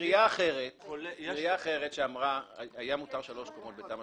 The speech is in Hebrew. עירייה שבתמ"א 38 היה מותר בה שלוש קומות והיא